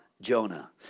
Jonah